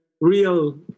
real